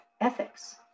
ethics